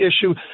issue